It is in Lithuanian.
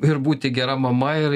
ir būti gera mama ir